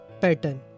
pattern